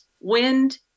wind